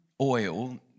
oil